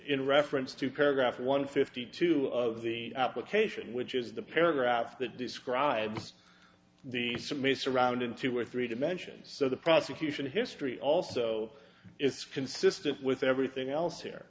in reference to paragraph one fifty two of the application which is the paragraph that describes the sum may surround in two or three dimensions so the prosecution history also is consistent with everything else here